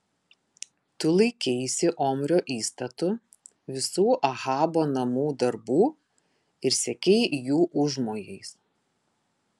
tu laikeisi omrio įstatų visų ahabo namų darbų ir sekei jų užmojais